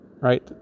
right